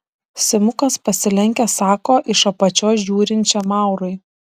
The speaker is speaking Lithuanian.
simukas pasilenkęs sako iš apačios žiūrinčiam maurui